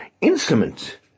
instrument